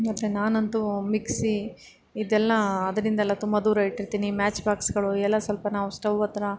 ಮತ್ತು ನಾನಂತೂ ಮಿಕ್ಸಿ ಇದೆಲ್ಲ ಅದರಿಂದೆಲ್ಲ ತುಂಬ ದೂರ ಇಟ್ಟಿರ್ತೀನಿ ಮ್ಯಾಚ್ ಬಾಕ್ಸ್ಗಳು ಎಲ್ಲ ಸ್ವಲ್ಪ ನಾವು ಸ್ಟವ್ ಹತ್ರ